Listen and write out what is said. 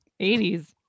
80s